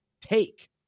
take